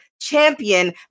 champion